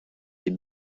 des